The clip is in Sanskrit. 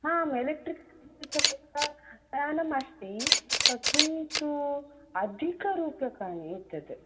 आम् एलेक्ट्रिक् द्विचक्रिका यानमस्ति किन्तु अधिक्यरूप्यकाणि एतत्